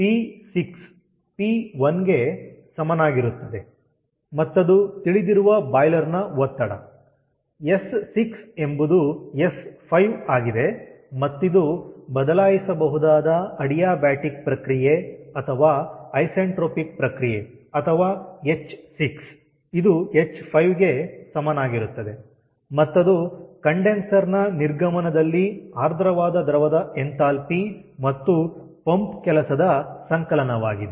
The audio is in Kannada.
ಪಿ6 ಪಿ1 ಗೆ ಸಮನಾಗಿರುತ್ತದೆ ಮತ್ತದು ತಿಳಿದಿರುವ ಬಾಯ್ಲರ್ ನ ಒತ್ತಡ ಎಸ್6 ಎಂಬುದು ಎಸ್5 ಆಗಿದೆ ಮತ್ತಿದು ಬದಲಾಯಿಸಬಹುದಾದ ಅಡಿಯಾಬಾಟಿಕ್ ಪ್ರಕ್ರಿಯೆ ಅಥವಾ ಐಸೆಂಟ್ರೊಪಿಕ್ ಪ್ರಕ್ರಿಯೆ ಅಥವಾ ಹೆಚ್6 ಇದು ಹೆಚ್5 ಗೆ ಸಮನಾಗಿರುತ್ತದೆ ಮತ್ತದು ಕಂಡೆನ್ಸರ್ ನ ನಿರ್ಗಮನದಲ್ಲಿ ಆರ್ದ್ರವಾದ ದ್ರವದ ಎಂಥಾಲ್ಪಿ ಮತ್ತು ಪಂಪ್ ಕೆಲಸದ ಸಂಕಲನವಾಗಿದೆ